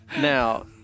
now